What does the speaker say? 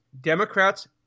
Democrats